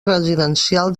residencial